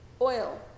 oil